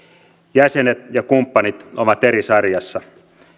jäsenet ja kumppanit ovat eri sarjassa